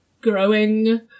growing